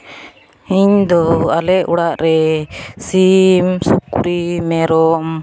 ᱤᱧᱫᱚ ᱟᱞᱮ ᱚᱲᱟᱜᱨᱮ ᱥᱤᱢ ᱥᱩᱠᱨᱤ ᱢᱮᱨᱚᱢ